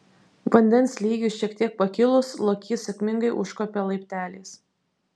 vandens lygiui šiek tiek pakilus lokys sėkmingai užkopė laipteliais